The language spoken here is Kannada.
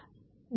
452 1